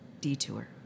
detour